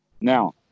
Now